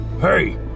Hey